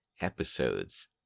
episodes